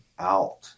out